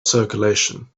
circulation